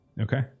Okay